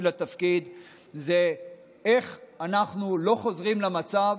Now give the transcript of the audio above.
לתפקיד היא איך אנחנו לא חוזרים למצב